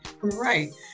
Right